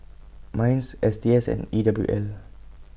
Minds S T S and E W L